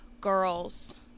girls